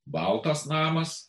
baltas namas